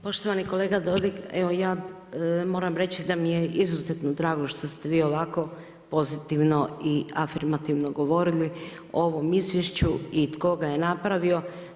Poštovani kolega Dodig evo ja moram reći da nam je izuzetno drago što ste vi ovako pozitivno i afirmativno govorili o ovom izvješću i tko ga je napravio.